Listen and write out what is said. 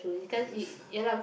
it's uh